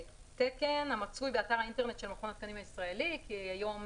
"תקן המצוי באתר האינטרנט של מכון התקנים הישראלי" כי היום